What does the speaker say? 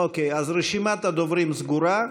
אוקיי, אז רשימת הדוברים סגורה.